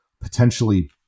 potentially